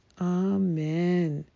Amen